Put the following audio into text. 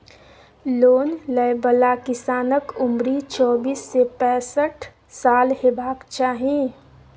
loan लय बला किसानक उमरि चौबीस सँ पैसठ साल हेबाक चाही